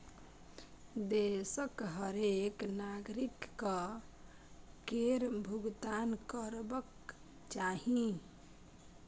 देशक हरेक नागरिककेँ कर केर भूगतान करबाक चाही